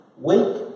Weak